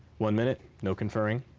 one minute, no conferring.